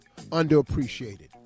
underappreciated